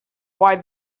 why